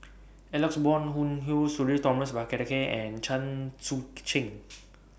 Alex Ong Boon Hau Sudhir Thomas Vadaketh and Chen Sucheng